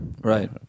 right